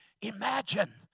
Imagine